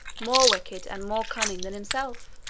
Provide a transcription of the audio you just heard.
more wicked and more cunning than himself.